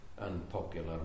unpopular